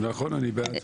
נכון, אני בעד.